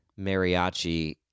mariachi